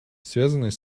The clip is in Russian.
связанной